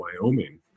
Wyoming